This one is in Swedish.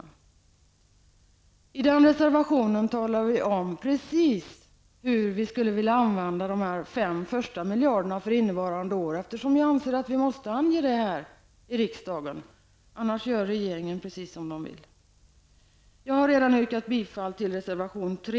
I reservationen visar vi precis hur vi skulle vilja använda de första 5 miljarderna för innevarande budgetår, eftersom jag anser att vi måste ange det här i riksdagen, annars gör regeringen precis som den vill. Jag har redan yrkat bifall till reservation 3.